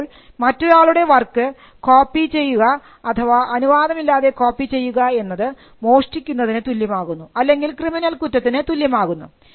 അപ്പോൾ മറ്റൊരാളുടെ work copy ചെയ്യുന്നത് അഥവാ അനുവാദമില്ലാതെ കോപ്പി ചെയ്യുന്നത് മോഷ്ടിക്കുന്നതിന് തുല്യമാകുന്നു അല്ലെങ്കിൽ ക്രിമിനൽ കുറ്റത്തിന് തുല്യമാകുന്നു